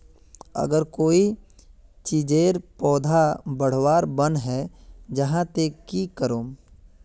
अगर कोई चीजेर पौधा बढ़वार बन है जहा ते की करूम?